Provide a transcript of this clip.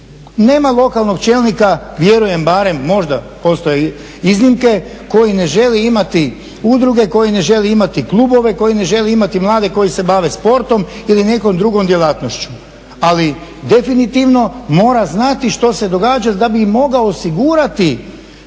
Nema lokalnog čelnika, vjerujem barem, možda postoje iznimke, koji ne želi imati udruge, koji ne želi imati klubove, koji ne želi imati mlade koji se bave sportom ili nekom drugom djelatnošću. Ali definitivno mora znati što se događa da bi mogao osigurati